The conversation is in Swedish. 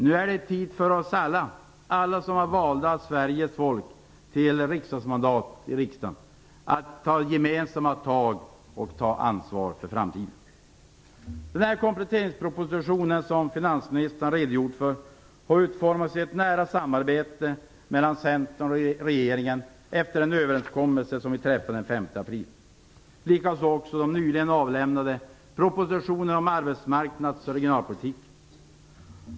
Nu är det tid för oss alla, alla som är valda av Sveriges folk till riksdagsmandat i riksdagen, att ta gemensamma tag och ta ansvar för framtiden. Kompletteringspropositionen som finansministern har redogjort för har utformats i ett nära samarbete mellan Centern och regeringen efter en överenskommelse som vi träffade den 5 april, likaså de nyligen avlämnade propositionerna om arbetsmarknadspolitiken och regionalpolitiken.